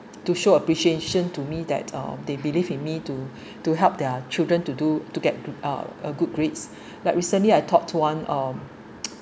to show appreciation to me that uh they believe in me to to help their children to do to get to uh a good grades like recently I taught one um